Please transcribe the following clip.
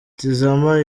tizama